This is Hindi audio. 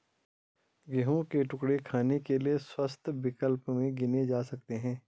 गेहूं के टुकड़े खाने के लिए स्वस्थ विकल्प में गिने जा सकते हैं